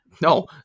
no